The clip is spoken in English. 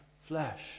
flesh